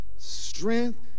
Strength